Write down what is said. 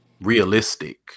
realistic